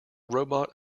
robot